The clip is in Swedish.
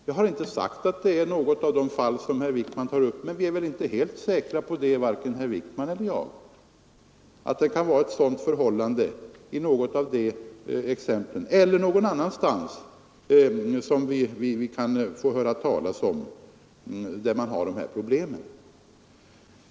Jag har inte sagt att det gäller något av de fall herr Wijkman tar upp, men varken herr Wijkman eller jag är väl helt säkra på om det förhåller sig så i något av de exemplen eller i något annat fall, som vi kan få höra talas om.